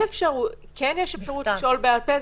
יש אפשרות לשאול בעל-פה.